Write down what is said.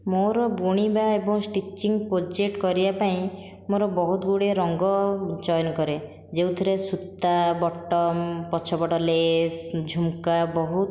ମୋର ବୁଣିବା ଏବଂ ଷ୍ଟିଚିଙ୍ଗ ପ୍ରୋଜେକ୍ଟ କରିବା ପାଇଁ ମୋର ବହୁତ ଗୁଡ଼ିଏ ରଙ୍ଗ ଚୟନ କରେ ଯେଉଁଥିରେ ସୂତା ବଟମ ପଛ ପଟ ଲେସ୍ ଝୁମ୍କା ବହୁତ